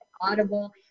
audible